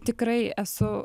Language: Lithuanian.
tikrai esu